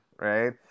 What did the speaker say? right